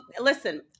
Listen